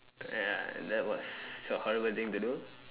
ya that was a horrible thing to do